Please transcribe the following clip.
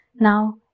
Now